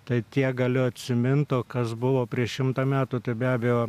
tai tiek galiu atsimint o kas buvo prieš šimtą metų tai be abejo